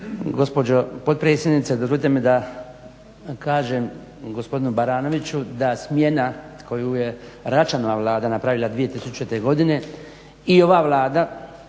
gospođo potpredsjednice dozvolite mi da vam kažem gospodinu Baranoviću da smjena koju je Račanova Vlada napravila 2000.godine i ova Vlada